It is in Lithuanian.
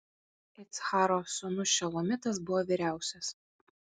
iccharo sūnus šelomitas buvo vyriausias